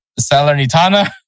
Salernitana